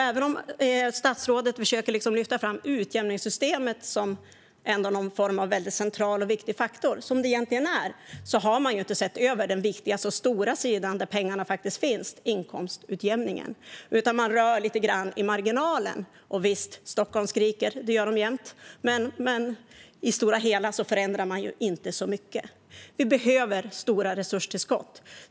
Även om statsrådet försöker lyfta fram utjämningssystemet som en central och viktig faktor - som det egentligen är - har man inte sett över den viktiga sidan där de stora pengarna faktiskt finns, inkomstutjämningen, utan man rör lite grann i marginalen. Visst, Stockholm skriker. Det gör de jämt. Men i det stora hela förändrar man inte mycket. Vi behöver stora resurstillskott.